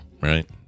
right